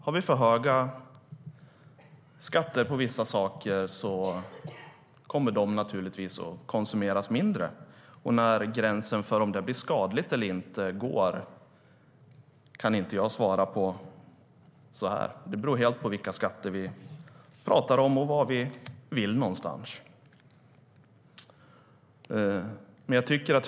Har vi för höga skatter på vissa saker kommer de givetvis att konsumeras mindre. Var gränsen går för när det är skadligt eller inte kan jag inte svara på. Det beror helt på vilka skatter vi talar om och vad vi vill.